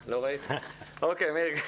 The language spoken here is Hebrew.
מאיר,